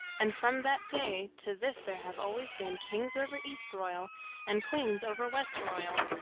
and from that day to this there have always been kings over eastroyal and queens over westroyal.